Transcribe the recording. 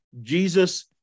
Jesus